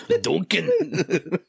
Duncan